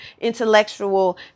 intellectual